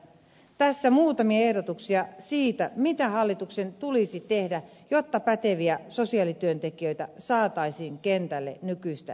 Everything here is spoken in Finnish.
tässä muutamia ehdotuksia siitä mitä hallituksen tulisi tehdä jotta päteviä sosiaalityöntekijöitä saataisiin kentälle nykyistä enemmän